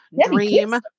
Dream